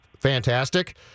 fantastic